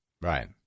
Right